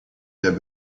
der